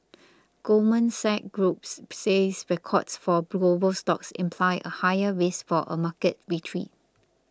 Goldman Sachs Groups says records for global stocks imply a higher risk for a market retreat